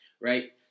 right